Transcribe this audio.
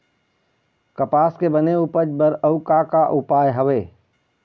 कपास के बने उपज बर अउ का का उपाय हवे?